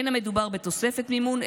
אין המדובר בתוספת מימון,